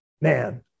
man